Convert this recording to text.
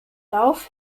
lauf